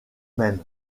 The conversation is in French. même